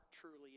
truly